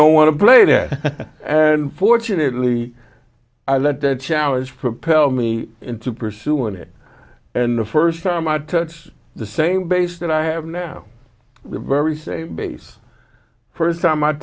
don't want to play that and fortunately i let that challenge for pel me into pursuing it and the first time i touched the same bass that i have now the very same bass first time i